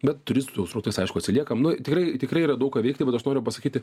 bet turistų srautais aišku atsiliekam nu tikrai tikrai yra daug ką veikti vat aš noriu pasakyti